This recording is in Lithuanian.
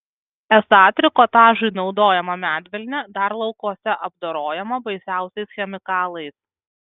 esą trikotažui naudojama medvilnė dar laukuose apdorojama baisiausiais chemikalais